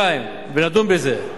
לחודשיים, ונדון בזה.